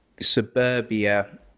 suburbia